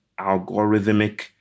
algorithmic